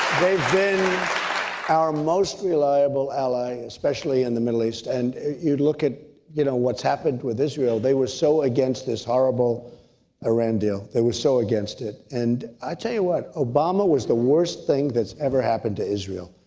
they've been our most reliable ally, especially in the middle east. and you look at you know what has happened with israel. they were so against this horrible iran deal. they were so against it. and i'll tell you what, obama was the worst thing that has ever happened to israel.